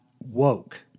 woke